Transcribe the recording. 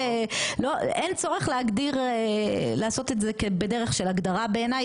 אין צורך להגדיר לעשות את זה בדרך של הגדרה בעיני,